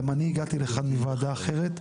גם אני הגעתי לכאן מוועדה אחרת.